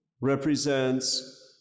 represents